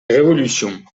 révolutions